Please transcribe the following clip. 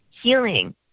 healing